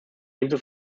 ebenso